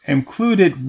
Included